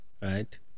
right